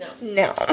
no